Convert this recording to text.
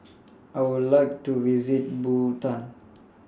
I Would like to visit Bhutan